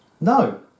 No